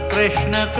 Krishna